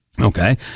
Okay